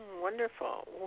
Wonderful